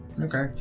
Okay